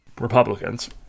Republicans